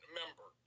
member